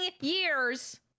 years